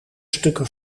stukken